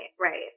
right